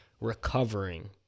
recovering